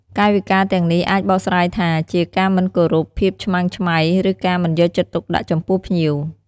កាយវិការទាំងនេះអាចបកស្រាយថាជា ការមិនគោរព ភាពឆ្មើងឆ្មៃ ឬការមិនយកចិត្តទុកដាក់ចំពោះភ្ញៀវ។